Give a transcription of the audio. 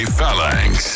Phalanx